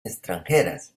extranjeras